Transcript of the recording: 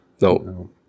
no